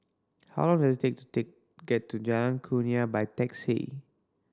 how long does takes take get to Jalan Kurnia by taxi